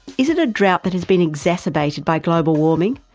is it a drought that has been exacerbated by global warming?